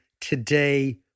today